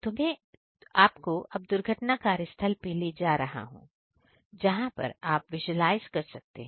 तुम्हें आपको अब दुर्घटना कार्यस्थल पर ले जा रहा हूं जहां पर आप विजुलाइज कर सकते हैं